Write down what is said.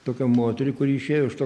tokią moterį kuri išėjo iš to